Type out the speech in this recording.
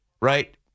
right